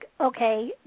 okay